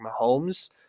Mahomes